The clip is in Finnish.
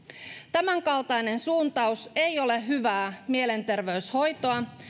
tämänkaltainen suuntaus ei ole hyvää mielenterveyshoitoa